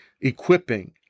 equipping